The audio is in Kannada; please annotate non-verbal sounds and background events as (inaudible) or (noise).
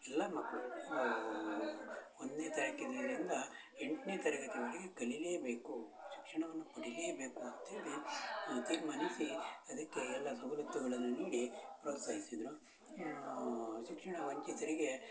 ಎಲ್ಲ ಮಕ್ಕಳು ಒಂದನೆ (unintelligible) ಎಂಟನೆ ತರಗತಿವರೆಗೆ ಕಲಿಲೇಬೇಕು ಶಿಕ್ಷಣವನ್ನು ಪಡಿಲೇಬೇಕು ಅಂತೇಳಿ ತೀರ್ಮಾನಿಸಿ ಅದಕ್ಕೆ ಎಲ್ಲ ಸವಲತ್ತುಗಳನ್ನು ನೀಡಿ ಪ್ರೋತ್ಸಾಹಿಸಿದ್ರು ಶಿಕ್ಷಣ ವಂಚಿತರಿಗೆ